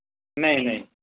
नेईं नेईं